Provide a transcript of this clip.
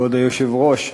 כבוד היושב-ראש,